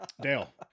Dale